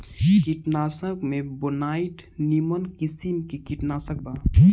कीटनाशक में बोनाइड निमन किसिम के कीटनाशक बा